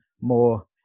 more